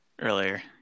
earlier